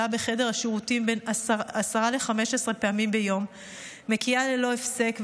מבלה בחדר השירותים 10 15 פעמים ביום מקיאה ללא הפסק,